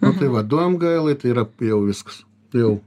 nu tai va du em g elai tai yra jau viskas jau